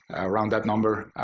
around that number.